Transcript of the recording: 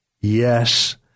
Yes